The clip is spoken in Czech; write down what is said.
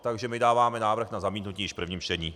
Takže my dáváme návrh na zamítnutí již v prvním čtení.